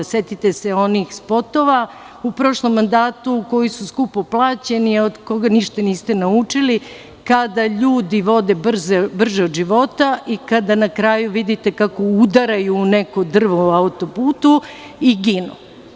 Setite se onih spotova u prošlom mandatu koji su skupo plaćeni, a od kojih ništa niste naučili, kada ljudi voze brže od života i kada na kraju vidite kako udaraju u neko drvo u autoputu i ginu.